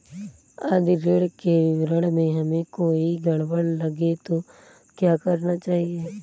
यदि ऋण के विवरण में हमें कोई गड़बड़ लगे तो क्या करना चाहिए?